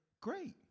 Great